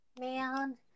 Man